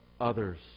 others